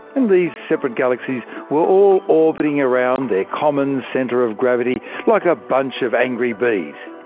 and these separate galaxies were all orbiting around their common centre of gravity, like a bunch of angry bees.